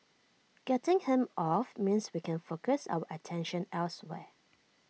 getting him off means we can focus our attention elsewhere